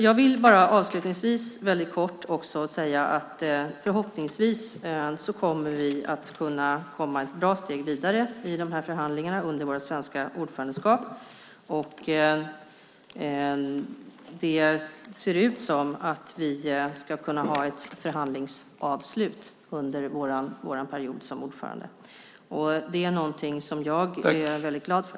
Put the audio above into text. Jag vill bara avslutningsvis väldigt kort också säga att vi förhoppningsvis kommer att kunna komma ett bra steg vidare i de här förhandlingarna under vårt svenska ordförandeskap. Det ser ut som om vi ska kunna ha ett förhandlingsavslut under vår period som ordförande, och det är någonting som jag är väldigt glad för.